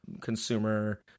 consumer